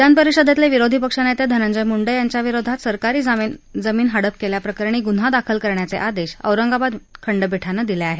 विधानपरिषदेतील विरोधी पक्षनेते धंनजय मुंडे यांच्याविरोधात सरकारी जमीन हडप केल्याप्रकरणी गुन्हा दाखल करण्याचे आदेश औरंगाबाद खंडपीठानं दिले आहेत